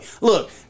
Look